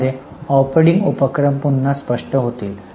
ज्यामुळे ऑपरेटिंग उपक्रम पुन्हा स्पष्ट होतील